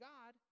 God